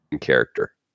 character